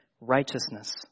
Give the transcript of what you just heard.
righteousness